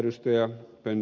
arvoisa ed